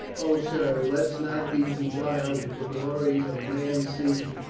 o, sir, let's not be beguiled with the glories of man's seeking,